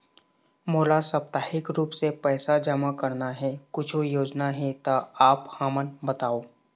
मोला साप्ताहिक रूप से पैसा जमा करना हे, कुछू योजना हे त आप हमन बताव?